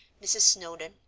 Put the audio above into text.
mrs. snowdon,